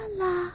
la